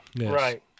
Right